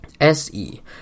SE